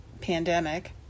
pandemic